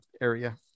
area